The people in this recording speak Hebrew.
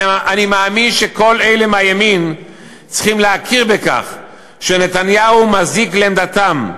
אני מאמין שכל אלה מהימין צריכים להכיר בכך שנתניהו מזיק לעמדתם.